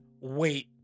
wait